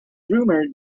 rumored